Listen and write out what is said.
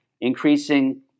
increasing